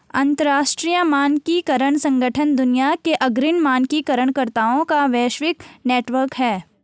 अंतर्राष्ट्रीय मानकीकरण संगठन दुनिया के अग्रणी मानकीकरण कर्ताओं का वैश्विक नेटवर्क है